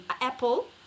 Apple